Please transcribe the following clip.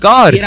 God